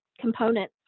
component